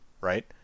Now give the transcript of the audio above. right